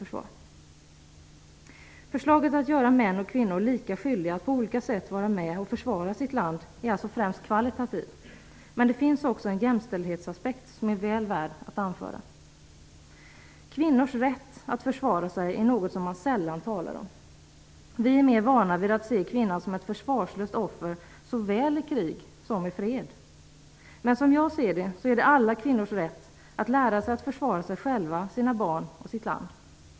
Förslaget att göra män och kvinnor lika skyldiga att på olika sätt vara med och försvara sitt land är alltså främst kvalitativt. Men det finns också en jämställdhetsaspekt som är väl värd att anföra. Kvinnors rätt att försvara sig är något som man sällan talar om. Vi är mer vana att se kvinnan som ett försvarslöst offer såväl i krig som i fred. Men som jag ser det är det alla kvinnors rätt att lära sig att försvara sig själva, sina barn och sitt land.